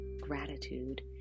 gratitude